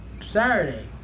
Saturday